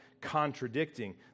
contradicting